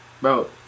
Bro